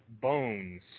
bones